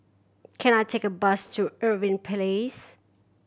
can I take a bus to Irving Place